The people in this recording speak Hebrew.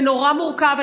זה נורא מורכב.